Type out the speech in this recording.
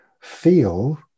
feel